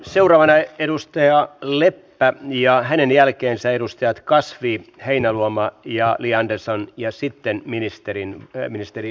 seuraavana edustaja leppä ja hänen jälkeensä edustajat kasvi heinäluoma ja li andersson ja sitten ministeri lindströmin vastaus